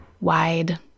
wide